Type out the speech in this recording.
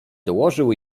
dołożył